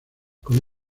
con